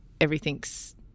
everything's